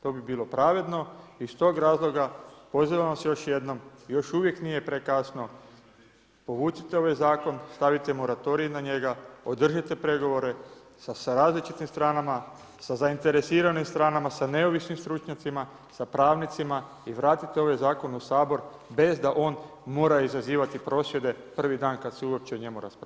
To bi bilo pravedno iz tog razloga, pozivam vas još jednom, još uvijek nije prekasno, povucite ovaj zakon, stavite moratorij na njega, održite pregovore sa različitih stranama, sa zainteresiranim stranama, sa neovisnim stručnjacima, sa pravnicima i vratite ovaj zakon u sabor, bez da on mora izazivati prosvjede prvi dan kad se uopće o njemu raspravlja.